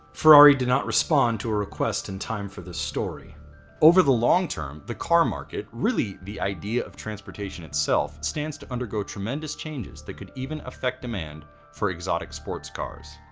ferrari did not respond respond to a request in time for the story over the long term. the car market, really the idea of transportation itself, stands to undergo tremendous changes that could even affect demand for exotic sports cars.